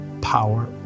power